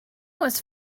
was